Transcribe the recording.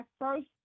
first